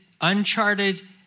uncharted